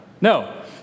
No